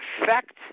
effect